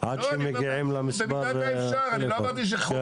עד שמגיעים למספר הטלפון שלו.